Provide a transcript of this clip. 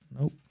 Nope